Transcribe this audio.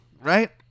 Right